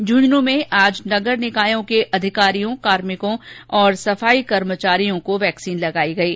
झुंझुनूं में नगर निकायों के अधिकारियों कार्मिकों और सफाई कर्मचारियों को आज वैक्सीन लगाई गयी